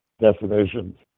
definitions